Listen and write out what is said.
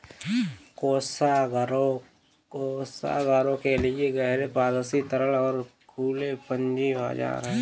कोषागारों के लिए गहरे, पारदर्शी, तरल और खुले पूंजी बाजार हैं